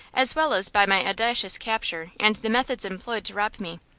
as well as by my audacious capture and the methods employed to rob me.